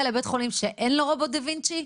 לבית חולים שאין לו רובוט דה וינצ’י?